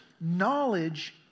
knowledge